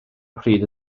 pryd